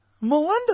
Melinda